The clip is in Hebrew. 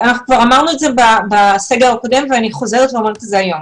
אמרנו את זה בסגר הקודם ואני חוזרת ואומרת את זה היום,